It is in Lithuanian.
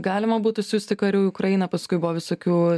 galima būtų siųsti karių į ukrainą paskui buvo visokių